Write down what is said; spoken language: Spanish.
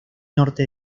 norte